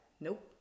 nope